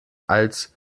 als